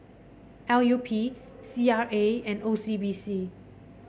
L U P C R A and O C B C